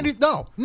no